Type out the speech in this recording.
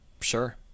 sure